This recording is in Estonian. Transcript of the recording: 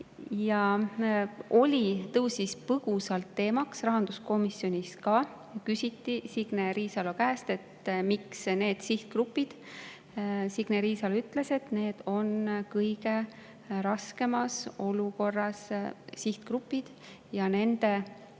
See tõusis põgusalt teemaks. Rahanduskomisjonis ka küsiti Signe Riisalo käest, miks need sihtgrupid. Signe Riisalo ütles, et need on kõige raskemas olukorras olevad sihtgrupid ja nende